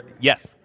Yes